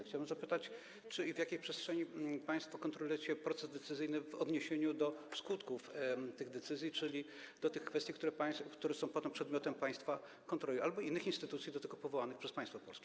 Chcę zapytać, czy i w jakiej przestrzeni państwo kontrolujecie proces decyzyjny w odniesieniu do skutków tych decyzji, czyli tych kwestii, które są potem przedmiotem państwa kontroli albo innych instytucji do tego powołanych przez państwo polskie.